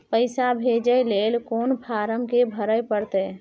पैसा भेजय लेल कोन फारम के भरय परतै?